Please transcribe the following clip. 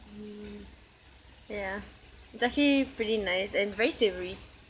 mm ya it's actually pretty nice and very savoury